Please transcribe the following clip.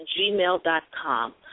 gmail.com